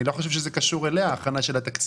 אני לא חושב שזה קשור אליה, ההכנה של התקציב.